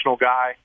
guy